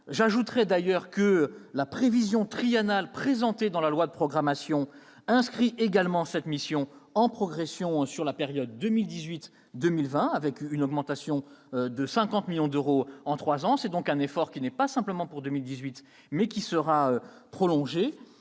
J'ajoute que la prévision triennale présentée dans la loi de programmation inscrit également cette mission dans une progression sur la période 2018-2020, avec une augmentation de 50 millions d'euros sur trois ans. C'est donc un effort qui n'est pas simplement fourni en 2018 mais qui sera prolongé.